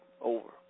over